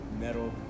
metal